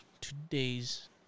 today's